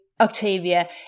Octavia